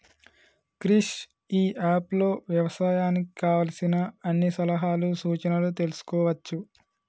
Krish e app లో వ్యవసాయానికి కావలసిన అన్ని సలహాలు సూచనలు తెల్సుకోవచ్చు